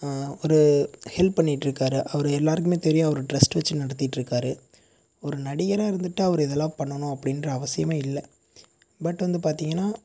ஒரு ஹெல்ப் பண்ணிட்டுருக்காரு அவர் எல்லாருக்கும் தெரியும் அவர் டிரஸ்ட் வச்சு நடத்திட்டுருக்கார் ஒரு நடிகராக இருந்துட்டு அவர் இதெல்லாம் பண்ணனு அப்டின்ற அவசியம் இல்லை பட் வந்து பார்த்திங்கன்னா